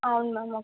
అవును ma'am okay